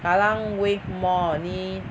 Kallang Wave Mall 你